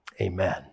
amen